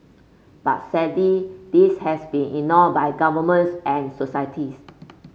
but sadly this has been ignored by governments and societies